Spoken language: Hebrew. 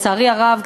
לצערי הרב,